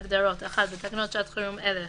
תוספת שלישית (סעיף 1) הגדרות 1. בתקנות שעת חירום אלה: